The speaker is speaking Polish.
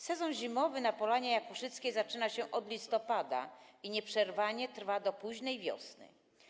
Sezon zimowy na Polanie Jakuszyckiej zaczyna się w listopadzie i nieprzerwanie trwa do późnej wiosny.